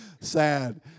sad